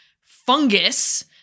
fungus